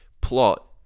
plot